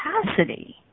capacity